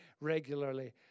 regularly